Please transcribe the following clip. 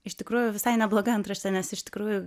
iš tikrųjų visai nebloga antraštė nes iš tikrųjų